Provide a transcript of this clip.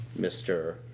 Mr